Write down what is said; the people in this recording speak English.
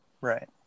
Right